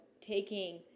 taking